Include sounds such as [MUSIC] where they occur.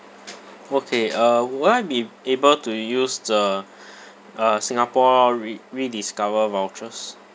okay uh would I be able to use the [BREATH] uh singapore re~ rediscover vouchers